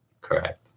Correct